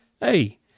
Hey